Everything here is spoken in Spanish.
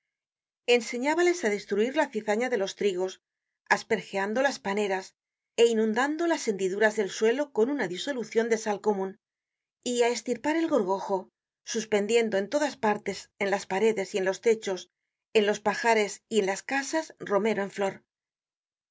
enseñábales á destruir la cizaña de los trigos aspereando las paneras é inundando las hendiduras del suelo con una disolucion de sal comun y á estirpar el gorgojo suspendiendo en todas partes en las paredes y en los techos en los pajares y en las casas romero en flor